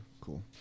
Cool